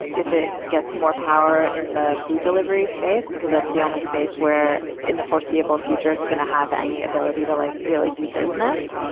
if it gets more power in the food delivery space, because because that's the only space where in the foreseeable future it's gonna have any ability to like really do business.